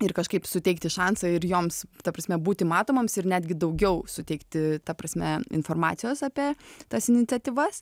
ir kažkaip suteikti šansą ir joms ta prasme būti matomoms ir netgi daugiau suteikti ta prasme informacijos apie tas iniciatyvas